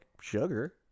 sugar